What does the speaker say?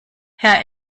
herr